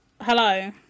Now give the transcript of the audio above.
Hello